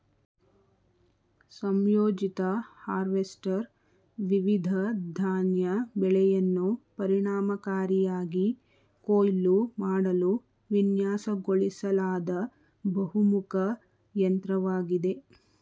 ಸಂಯೋಜಿತ ಹಾರ್ವೆಸ್ಟರ್ ವಿವಿಧ ಧಾನ್ಯ ಬೆಳೆಯನ್ನು ಪರಿಣಾಮಕಾರಿಯಾಗಿ ಕೊಯ್ಲು ಮಾಡಲು ವಿನ್ಯಾಸಗೊಳಿಸಲಾದ ಬಹುಮುಖ ಯಂತ್ರವಾಗಿದೆ